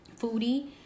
foodie